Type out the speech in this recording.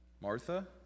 Martha